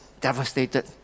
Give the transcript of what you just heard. devastated